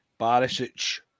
Barisic